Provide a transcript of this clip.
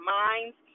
minds